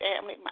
family